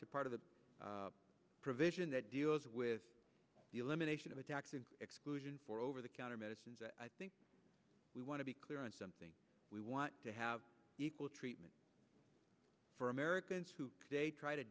to part of the provision that deals with the elimination of a tax and exclusion for over the counter medicines and i think we want to be clear on something we want to have equal treatment for americans who try t